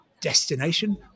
destination